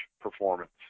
performance